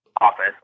office